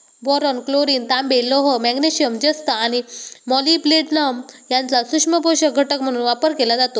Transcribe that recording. boron, chlorine, तांबे, लोह, magnesium, जस्त आणि मॉलिब्डेनम यांचा सूक्ष्म पोषक घटक म्हणून वापर केला जातो